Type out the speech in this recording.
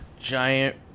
Giant